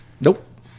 nope